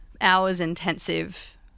hours-intensive